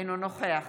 אינו נוכח